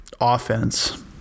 offense